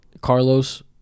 Carlos